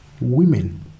women